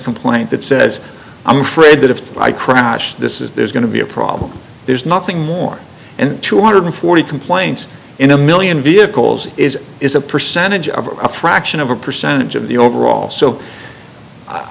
complaint that says i'm afraid that if i crash this is there's going to be a problem there's nothing more and two hundred and forty complaints in a one million vehicles is is a percentage of a fraction of a percentage of the overall so